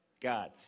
God